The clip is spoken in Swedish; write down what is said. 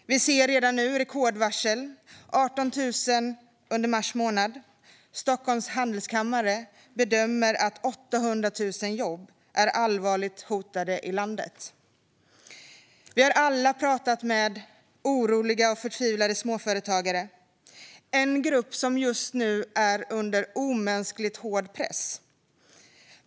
Vi ser redan nu rekordvarsel, 18 000 under mars månad. Stockholms Handelskammare bedömer att 800 000 jobb i landet är allvarligt hotade. Vi har alla pratat med oroliga och förtvivlade småföretagare, en grupp som nu är satt under omänskligt hård press.